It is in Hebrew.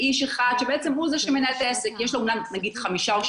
והשאיפה שהוא יקבל גם את הפעימה הרביעית.